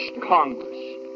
Congress